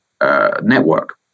network